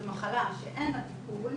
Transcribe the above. זו מחלה שאין לה טיפול,